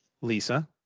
lisa